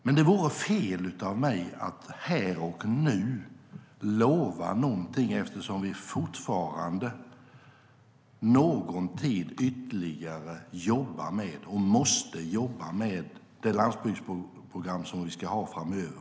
Men det vore fel av mig att här och nu lova någonting, eftersom vi ytterligare någon tid jobbar med - och måste jobba med - det landsbygdsprogram vi ska ha framöver.